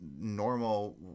normal